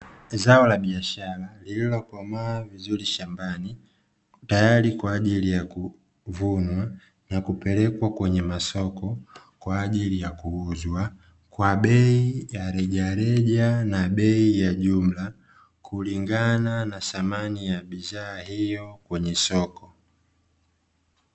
Zao la biashara lililokomaa vizuri shambani, tayari kwa ajili ya kuvunwa na kupelekwa kwenye masoko kwa ajili ya kuuzwa kwa bei ya rejareja na bei ya jumla kulingana na thamani ya bidhaa hiyo kwenye soko.